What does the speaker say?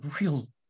real